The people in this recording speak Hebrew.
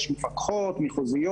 יש מפקחות מחוזיות.